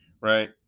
Right